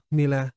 nila